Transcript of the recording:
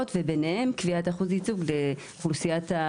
אבל אם זה מופיע בחוק, צריך לייצר איזושהי אחידות.